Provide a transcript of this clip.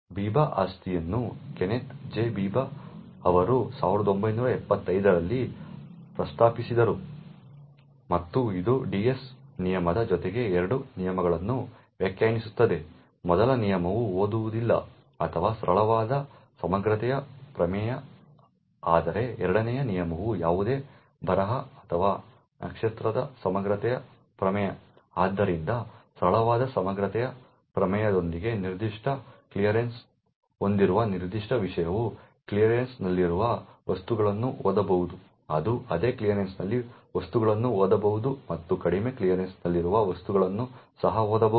Biba ಆಸ್ತಿಯನ್ನು Kenneth J Biba ಅವರು 1975 ರಲ್ಲಿ ಪ್ರಸ್ತಾಪಿಸಿದರು ಮತ್ತು ಇದು DS ನಿಯಮದ ಜೊತೆಗೆ ಎರಡು ನಿಯಮಗಳನ್ನು ವ್ಯಾಖ್ಯಾನಿಸುತ್ತದೆ ಮೊದಲ ನಿಯಮವು ಓದುವುದಿಲ್ಲ ಅಥವಾ ಸರಳವಾದ ಸಮಗ್ರತೆಯ ಪ್ರಮೇಯ ಆದರೆ ಎರಡನೆಯ ನಿಯಮವು ಯಾವುದೇ ಬರಹ ಅಥವಾ ನಕ್ಷತ್ರದ ಸಮಗ್ರತೆಯ ಪ್ರಮೇಯ ಆದ್ದರಿಂದ ಸರಳವಾದ ಸಮಗ್ರತೆಯ ಪ್ರಮೇಯದೊಂದಿಗೆ ನಿರ್ದಿಷ್ಟ ಕ್ಲಿಯರೆನ್ಸ್ ಹೊಂದಿರುವ ನಿರ್ದಿಷ್ಟ ವಿಷಯವು ಕ್ಲಿಯರೆನ್ಸ್ನಲ್ಲಿರುವ ವಸ್ತುಗಳನ್ನು ಓದಬಹುದು ಅದು ಅದೇ ಕ್ಲಿಯರೆನ್ಸ್ನಲ್ಲಿ ವಸ್ತುಗಳನ್ನು ಓದಬಹುದು ಮತ್ತು ಕಡಿಮೆ ಕ್ಲಿಯರೆನ್ಸ್ನಲ್ಲಿರುವ ವಸ್ತುಗಳನ್ನು ಸಹ ಓದಬಹುದು